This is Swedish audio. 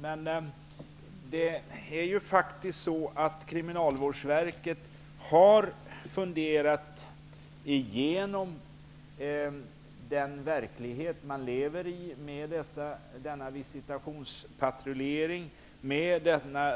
Men Kriminalvårdsstyrelsen har ju faktiskt funderat igenom den verklighet man lever i med denna visitationspatrullering. Den